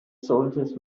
soldiers